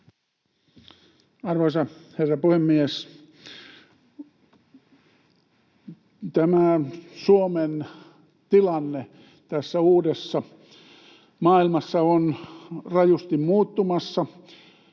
Arvoisa herra puhemies! Tämä Suomen tilanne tässä uudessa maailmassa on rajusti muuttumassa.